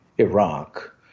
Iraq